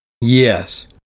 Yes